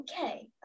okay